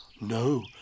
No